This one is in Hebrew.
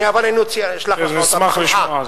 אני אשלח לך.